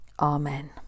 Amen